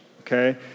okay